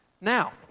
Now